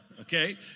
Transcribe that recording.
Okay